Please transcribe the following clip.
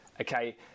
Okay